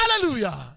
Hallelujah